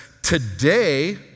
today